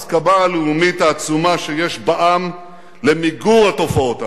הלאומית העצומה שיש בעם למיגור התופעות הללו.